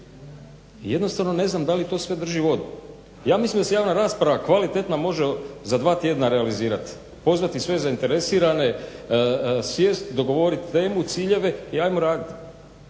jednostavno ne znam da li to sve drži vodu. Ja mislim da se javna rasprava kvalitetna može za dva tjedna realizirati, pozvati sve zainteresirane, sjest, dogovorit temu, ciljeve i hajmo radit.